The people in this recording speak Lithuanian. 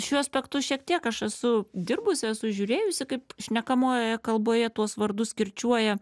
šiuo aspektu šiek tiek aš esu dirbus esu žiūrėjusi kaip šnekamojoje kalboje tuos vardus kirčiuoja